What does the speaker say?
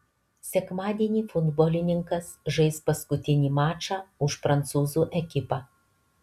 sekmadienį futbolininkas žais paskutinį mačą už prancūzų ekipą